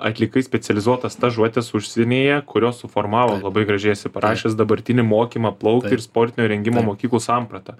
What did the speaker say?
atlikai specializuotas stažuotes užsienyje kurios suformavo labai gražiai esi parašęs dabartinį mokymą plaukti ir sportinio rengimo mokyklų sampratą